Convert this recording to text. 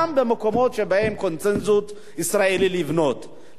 גם במקומות שיש בהם קונסנזוס ישראלי לבנות,